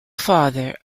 father